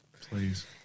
Please